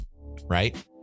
Right